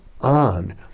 on